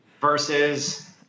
versus